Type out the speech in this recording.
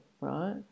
right